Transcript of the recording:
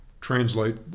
translate